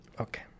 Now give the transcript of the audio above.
Okay